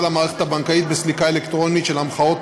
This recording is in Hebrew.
המערכת הבנקאית בסליקה אלקטרונית של המחאות,